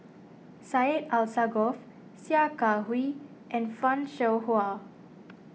Syed Alsagoff Sia Kah Hui and Fan Shao Hua